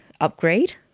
upgrade